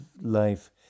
life